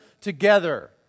together